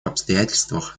обстоятельствах